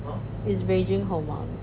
it's raging hormones